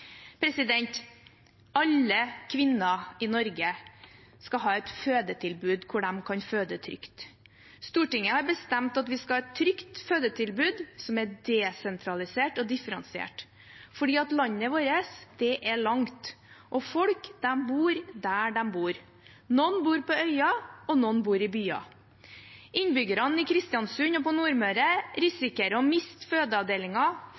Alle kvinner i Norge skal ha et fødetilbud hvor de kan føde trygt. Stortinget har bestemt at vi skal ha et trygt fødetilbud som er desentralisert og differensiert. For landet vårt er langt, og folk bor der de bor. Noen bor på øyer, og noen bor i byer. Innbyggerne i Kristiansund og på Nordmøre